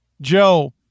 Joe